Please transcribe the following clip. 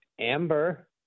amber